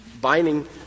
binding —